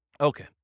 Okay